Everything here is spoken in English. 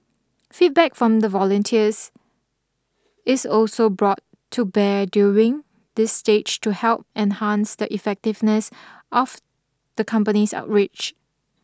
feedback from the volunteers is also brought to bear during this stage to help enhance the effectiveness of the company's outreach